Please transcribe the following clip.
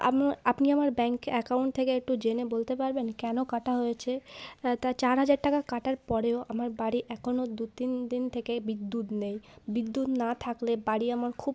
আমার আপনি আমার ব্যাংক অ্যাকাউন্ট থেকে একটু জেনে বলতে পারবেন কেন কাটা হয়েছে তা চার হাজার টাকা কাটার পরেও আমার বাড়ি এখনও দু তিন দিন থেকে বিদ্যুৎ নেই বিদ্যুৎ না থাকলে বাড়ি আমার খুব